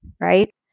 right